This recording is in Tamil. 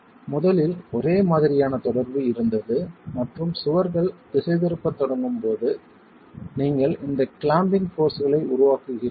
முதலில் ஒரே மாதிரியான தொடர்பு இருந்தது மற்றும் சுவர்கள் திசைதிருப்பத் தொடங்கும் போது நீங்கள் இந்த கிளாம்பிங் போர்ஸ் களை உருவாக்குகிறீர்கள்